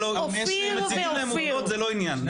כשמציגים להם עובדות זה לא העניין.